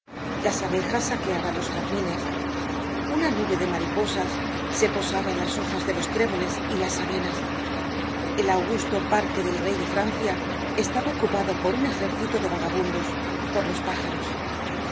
las abejas saqueaban los jazmines una nube de mariposas se posaba en las hojas de los tréboles y las avenas el augusto parque del rey de francia estaba ocupado por un ejército de vagabundos por los pájaros